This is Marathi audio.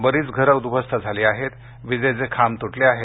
बरीच घरे उद्ध्वस्त झाली आहेत विजेचे खांब तुटले आहेत